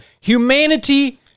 Humanity